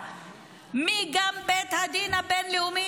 גם מבית הדין הבין-לאומי,